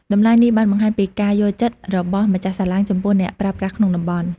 តម្លៃនេះបានបង្ហាញពីការយល់ចិត្តរបស់ម្ចាស់សាឡាងចំពោះអ្នកប្រើប្រាស់ក្នុងតំបន់។